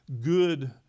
good